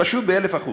פשוט ב-1,000%.